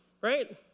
right